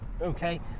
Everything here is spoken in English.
Okay